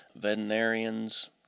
Veterinarians